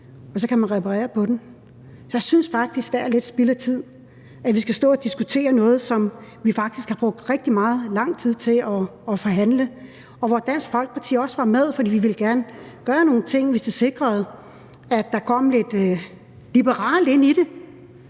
og så kunne man reparere på den? Jeg synes faktisk, det er lidt spild af tid, at vi skal stå og diskutere noget, som vi faktisk har brugt rigtig lang tid på at forhandle om, og hvor Dansk Folkeparti også var med, fordi vi gerne vil gøre nogle ting, hvis de sikrede, at der kom noget liberalt ind i det,